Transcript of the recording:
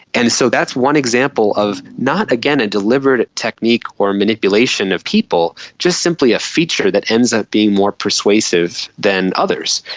and so that's one example of not again a deliberate technique or a manipulation of people, just simply a feature that ends up being more persuasive than others.